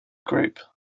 group